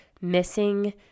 missing